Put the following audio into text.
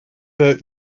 book